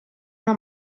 una